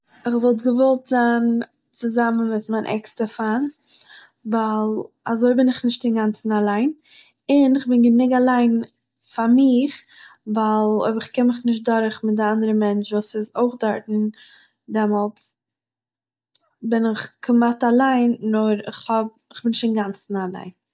איך וואלט געוואלט זיין צוזאמען מיט מיין עקסטער פיינד ווייל אזוי בין איך נישט אינגאנצן אליין, און איך בין גענוג אליין פאר מיר, ווייל אויב איך קום איך נישט דורך מיט די אנדערע מענטש וואס איז אויך דארטן, דעמאלטס בין איך כמעט אליין נאר איך האב- איך בין נישט אינגאנצן אליין